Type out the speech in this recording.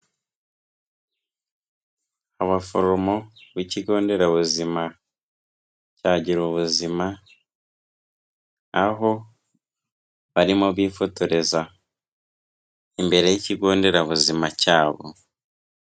Abaforomo b'ikigo nderabuzima cya Girubuzima, aho barimo bifotoreza imbere y'ikigo nderabuzima cyabo.